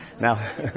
Now